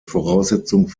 voraussetzung